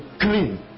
clean